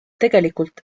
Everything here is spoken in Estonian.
tegelikult